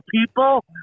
people